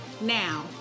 Now